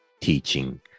teaching